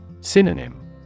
Synonym